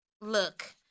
look